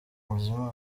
bizimana